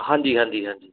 ਹਾਂਜੀ ਹਾਂਜੀ ਹਾਂਜੀ